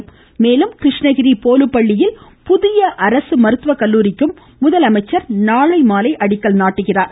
மேலும் அதேபோல் கிருஷ்ணகிரி போலுப்பள்ளியில் புதிய அரசு மருத்துவகல்லூரிக்கும் முதலமைச்சர் நாளை மாலை அடிக்கல் நாட்டுகிறார்